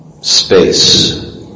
Space